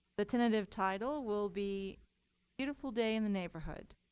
the tentative title will be beautiful day in the neighborhood.